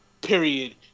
period